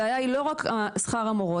הבעיה היא לא רק שכר המורות,